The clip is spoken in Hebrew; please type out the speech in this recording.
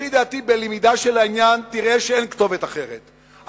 לפי דעתי בלמידה של העניין תראה שאין כתובת אחרת,